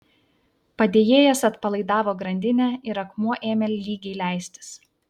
padėjėjas atpalaidavo grandinę ir akmuo ėmė lygiai leistis